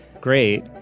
great